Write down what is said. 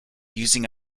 using